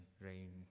rain